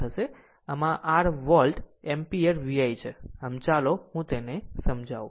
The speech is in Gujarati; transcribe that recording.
આમ આ r વોલ્ટ એમ્પીયર VI છે આમ ચાલો હું તેને સમજાવું